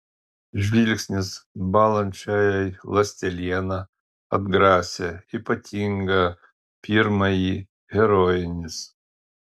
žvilgsnis bąlančiajai ląsteliena atgrasė ypatingą pirmąjį herojinis